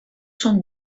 són